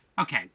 Okay